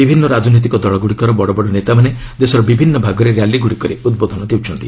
ବିଭିନ୍ନ ରାଜନୈତିକ ଦଳଗୁଡ଼ିକର ବଡ଼ ବଡ଼ ନେତାମାନେ ଦେଶର ବିଭିନ୍ନ ଭାଗରେ ର୍ୟାଲିଗୁଡ଼ିକରେ ଉଦ୍ବୋଧନ ଦେଉଛନ୍ତି